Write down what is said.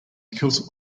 kilt